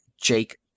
Jake